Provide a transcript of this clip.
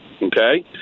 Okay